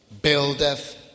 buildeth